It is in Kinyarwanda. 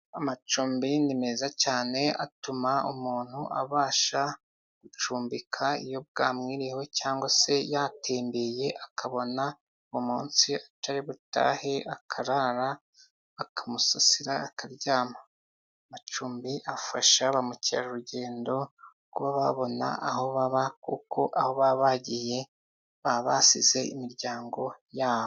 Amacumbi ni meza cyane, atuma umuntu abasha gucumbika, iyo bwamwiriyeho cyangwa se yatedeye, akabona uwo munsi atari butahe akarara, bakamusasira akaryama. Amacumbi afasha ba mukerarugendo kuba babona aho baba, kuko aho baba bagiye baba basize imiryango yabo.